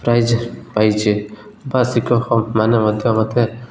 prize ପାଇଛି ବା ଶିକ୍ଷକ ମାନେ ମଧ୍ୟ ମୋତେ